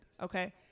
Okay